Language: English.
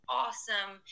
awesome